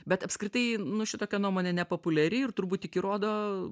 bet apskritai nu šitokia nuomonė nepopuliari ir turbūt tik įrodo